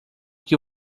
que